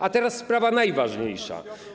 A teraz sprawa najważniejsza.